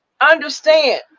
Understand